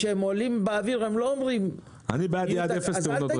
כשמטוסים עולים לאוויר הם לא אומרים שיהיו תקלות.